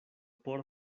por